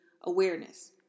awareness